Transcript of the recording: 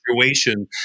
situation